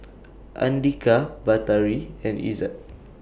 Andika Batari and Izzat